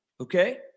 Okay